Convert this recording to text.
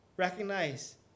recognize